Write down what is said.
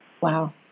Wow